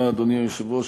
אדוני היושב-ראש,